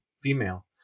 female